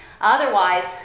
Otherwise